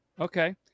Okay